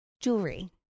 jewelry